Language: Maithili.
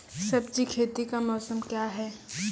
सब्जी खेती का मौसम क्या हैं?